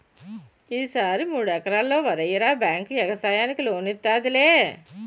ఈ సారి మూడెకరల్లో వరెయ్యరా బేంకు యెగసాయానికి లోనిత్తాదిలే